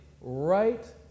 right